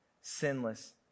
sinless